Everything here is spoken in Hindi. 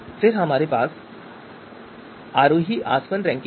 फिर हमारे पास आरोही आसवन रैंकिंग है